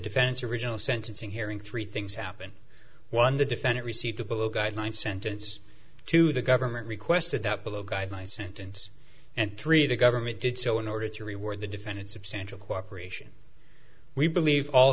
defense original sentencing hearing three things happen one the defendant received the below guideline sentence to the government requested that below guideline sentence and three the government did so in order to reward the defendant substantial cooperation we believe all